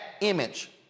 image